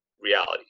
reality